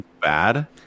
bad